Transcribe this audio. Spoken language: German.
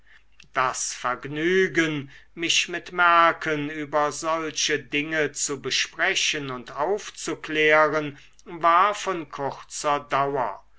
das vergnügen mich mit mercken über solche dinge zu besprechen und aufzuklären war von kurzer dauer